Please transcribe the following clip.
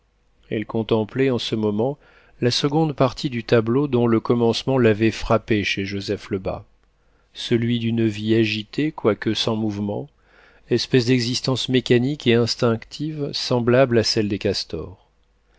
elle contemplait en ce moment la seconde partie du tableau dont le commencement l'avait frappée chez joseph lebas celui d'une vie agitée quoique sans mouvement espèce d'existence mécanique et instinctive semblable à celle des castors